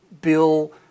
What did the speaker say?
Bill